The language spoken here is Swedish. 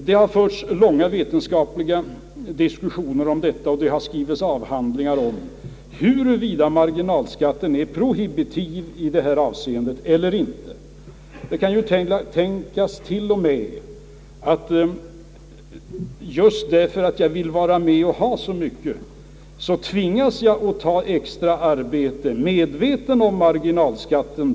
Det har förts långa vetenskapliga diskussioner och skrivits avhandlingar om huruvida marginalskatten är prohibitiv i det avseendet eller inte. En av möjligheterna är ju också, att just därför att man vill vara med och ha så mycket tvingas man att ta extra arbete alldeles oberoende av marginalskatten.